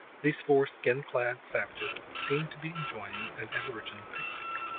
these four skin-clad savages seemed to be enjoying an aboriginal picnic.